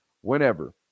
Whenever